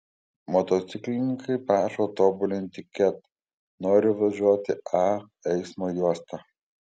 motociklininkai prašo tobulinti ket nori važiuoti a eismo juosta